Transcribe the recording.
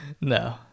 no